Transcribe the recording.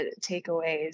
takeaways